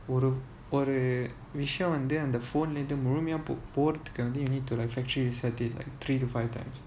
ஒரு விஷயம் வந்து:oru visayam vanthu and the phone later முழுமையா போறதுக்கு வந்து:mulumayaa porathuku vanthu you need to like factory reset it like three to five times